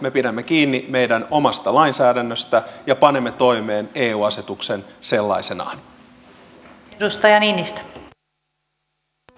me pidämme kiinni meidän omasta lainsäädännöstä ja panemme toimeen eu asetuksen sellaisenaan